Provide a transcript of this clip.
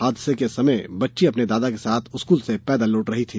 हादसे के समय बच्ची अपने दादा के साथ स्कूल से पैदल लौट रही थी